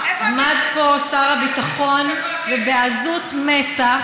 עמד פה שר הביטחון ובעזות מצח,